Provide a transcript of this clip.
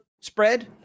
spread